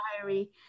diary